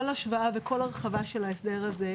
כל השוואה וכל הרחבה של ההסדר הזה,